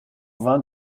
vain